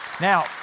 Now